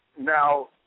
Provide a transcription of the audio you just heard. Now